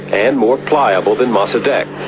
and more pliable than mosaddegh.